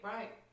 Right